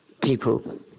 people